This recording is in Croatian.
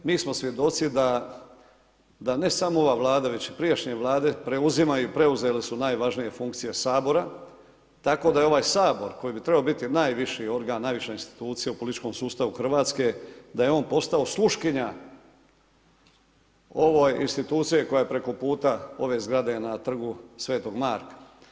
Mi smo svjedoci da ne samo ova Vlada već i prijašnje Vlade preuzimaju, preuzele su najvažnije funkcije Sabora, tako da je ovaj Sabor, koji bi trebao biti najviši organ, najviša institucija u političkom sustavu RH, da je on postao sluškinja ovoj instituciji koja je prekoputa ove zgrade na Trgu svetog Marka.